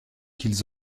qu’ils